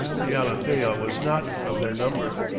the alethea was not of their number.